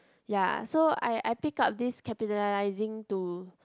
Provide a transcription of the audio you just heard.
ya so I I pick up this capitalizing to